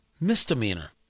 Misdemeanor